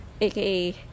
aka